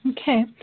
Okay